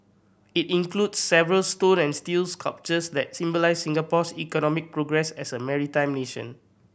it includes several stone and steel sculptures that symbolise Singapore's economic progress as a maritime nation